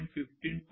IEEE 802